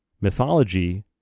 mythology